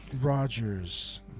Rogers